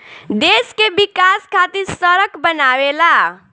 देश के विकाश खातिर सड़क बनावेला